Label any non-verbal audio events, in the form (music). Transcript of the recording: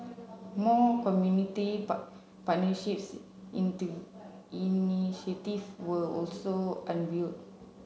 more community (unintelligible) partnerships into initiative were also unveil